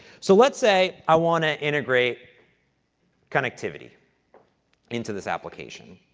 so let's say i want to integrate connectivity into this application.